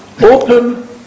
open